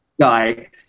guy